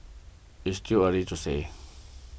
it's still early to say